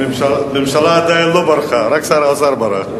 הממשלה עדיין לא ברחה, רק שר האוצר ברח.